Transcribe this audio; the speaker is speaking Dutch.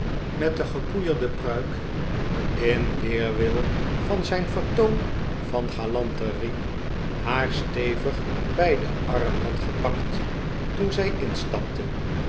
met de gepoeierde pruik in weerwil van zijn vertoon van galanterie haar stevig bij den arm had gepakt toen zij instapte